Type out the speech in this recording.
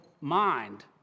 mind